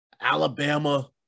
Alabama